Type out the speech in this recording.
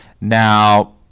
Now